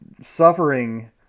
suffering